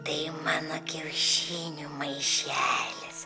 tai mano kiaušinių maišelis